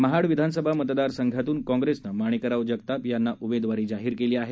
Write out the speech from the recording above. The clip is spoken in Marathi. महाड विधानसभा मतदार संघातून काँग्रेसनं माणिकराव जगताप यांना उमेदवारी जाहीर केली आहे